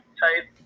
type